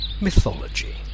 Mythology